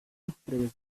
surpreso